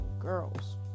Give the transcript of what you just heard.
girls